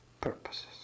purposes